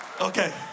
Okay